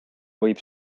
võib